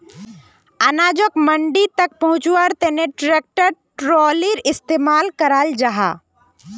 अनाजोक मंडी तक पहुन्च्वार तने ट्रेक्टर ट्रालिर इस्तेमाल कराल जाहा